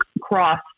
cross